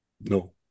No